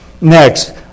Next